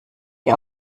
die